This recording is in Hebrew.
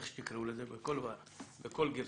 איך שתקראו לזה, בכל גרסה.